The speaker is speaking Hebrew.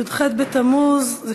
י"ח בתמוז תשע"ד,